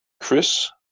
Chris